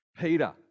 Peter